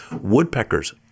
Woodpeckers